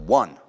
one